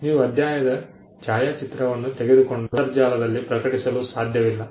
ನೀವು ಅಧ್ಯಾಯದ ಛಾಯಾಚಿತ್ರವನ್ನು ತೆಗೆದುಕೊಂಡು ಅದನ್ನು ಅಂತರ್ಜಾಲದಲ್ಲಿ ಪ್ರಕಟಿಸಲು ಸಾಧ್ಯವಿಲ್ಲ